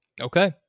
Okay